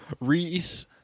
Reese